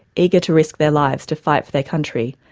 eager to risk their lives to fight for their country,